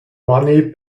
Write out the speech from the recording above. money